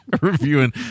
Reviewing